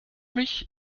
mich